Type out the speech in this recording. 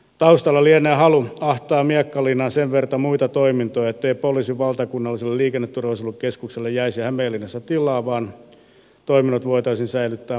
taustalla lienee halu ahtaa miekkalinnaan sen verta muita toimintoja ettei poliisin valtakunnalliselle liikenneturvallisuuden keskukselle jäisi hämeenlinnassa tilaa vaan toiminnot voitaisiin säilyttää malmin poliisitalossa